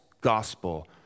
gospel